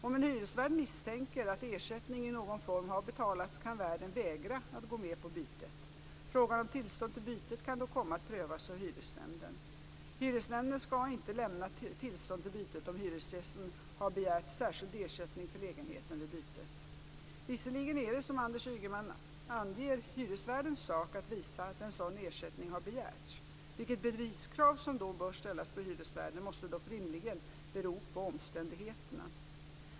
Om en hyresvärd misstänker att ersättning i någon form har betalats kan värden vägra att gå med på bytet. Frågan om tillstånd till bytet kan då komma att prövas av hyresnämnden. Hyresnämnden skall inte lämna tillstånd till bytet om hyresgästen har begärt särskild ersättning för lägenheten vid bytet. Visserligen är det, som Anders Ygeman anger, hyresvärdens sak att visa att en sådan ersättning har begärts. Vilket beviskrav som då bör ställas på hyresvärden måste dock rimligen bero på omständigheterna.